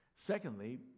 secondly